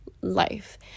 life